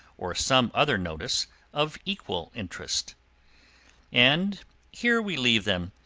or some other notice of equal interest and here we leave them,